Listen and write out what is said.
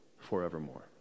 forevermore